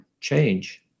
change